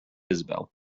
isabel